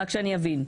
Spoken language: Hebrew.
רק שאני אבין.